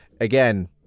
Again